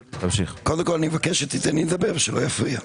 קודם כול, אני מבקש שתיתן לי לדבר, שלא יפריע.